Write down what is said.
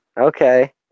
Okay